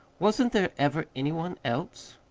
wasn't there ever any one else?